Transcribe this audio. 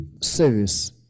service